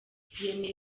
yemeye